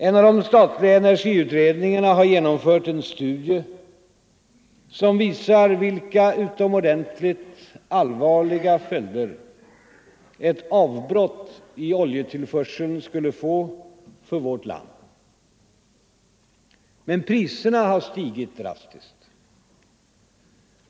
En av de statliga energiutredningarna har genomfört en studie som visar vilka utomordentligt allvarliga följder ett avbrott i oljetillförseln skulle få för vårt land. Men priserna har stigit drastiskt.